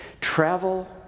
Travel